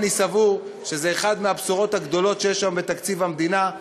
אני סבור שזו אחת מהבשורות הגדולות שיש היום בתקציב המדינה,